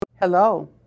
Hello